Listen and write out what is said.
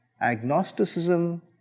Agnosticism